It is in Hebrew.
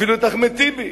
אפילו את אחמד טיבי,